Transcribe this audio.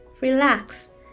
Relax